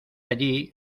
allí